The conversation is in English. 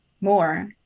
more